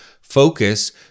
Focus